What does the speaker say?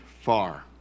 Far